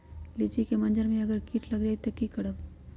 लिचि क मजर म अगर किट लग जाई त की करब?